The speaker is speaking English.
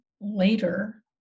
later